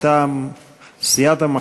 יש